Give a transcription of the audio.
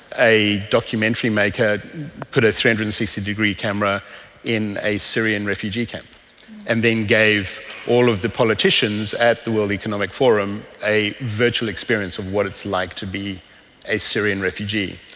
a documentary maker put a three hundred and sixty degree camera in a syrian refugee camp and then gave all of the politicians at the world economic forum a virtual experience of what it's like to be a syrian refugee,